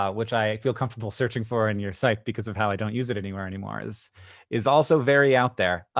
um which i feel comfortable searching for in your site because of how i don't use it anywhere anymore, is is also very out there.